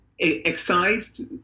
excised